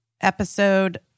episode